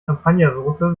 champagnersoße